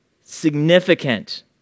significant